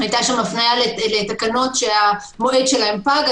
היתה שם הפניה לתקנות שמועדם פג,